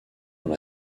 dans